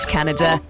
Canada